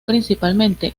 principalmente